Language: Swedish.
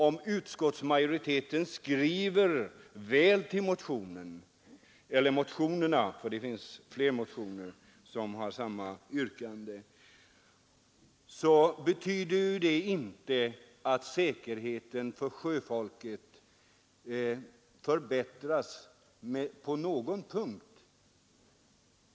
Att utskottsmajoriteten skriver väl om motionerna — det finns nämligen fler motioner med samma yrkanden — betyder ju inte att säkerheten för sjöfolket förbättras i något avseende.